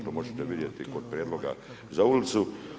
To možete vidjeti kod prijedloga za ulicu.